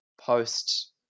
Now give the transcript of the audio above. post